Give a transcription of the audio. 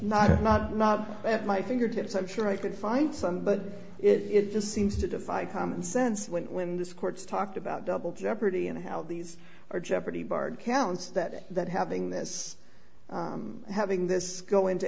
not not not at my fingertips i'm sure i could find some but it just seems to defy common sense when when this court's talked about double jeopardy and how these are jeopardy barred counts that that having this having this go into